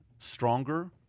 stronger